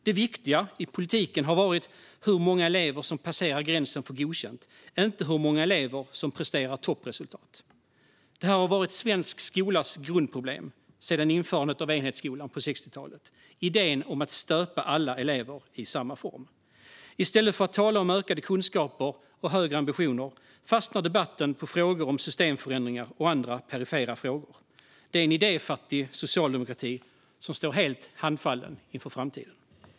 Det viktiga i politiken har varit hur många elever som passerar gränsen för godkänt, inte hur många elever som presterar toppresultat. Svensk skolas grundproblem har sedan införandet av enhetsskolan på 1960-talet varit idén om att stöpa alla elever i samma form. I stället för att tala om ökade kunskaper och högre ambitioner fastnar debatten i frågor om systemförändringar och andra perifera frågor. Det är en idéfattig socialdemokrati som står helt handfallen inför framtiden.